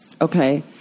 Okay